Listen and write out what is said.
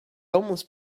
almost